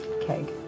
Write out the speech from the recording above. Keg